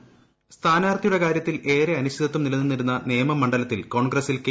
വോ്യിസ് സ്ഥാനാർത്ഥിയുടെ കാര്യത്തിൽ ഏറ്റെ അനിശ്ചിതത്വം നിലനിന്നിരുന്ന നേമം മണ്ഡലത്തിൽ കോൺ്ര്യസിൽ കെ